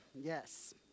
Yes